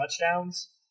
touchdowns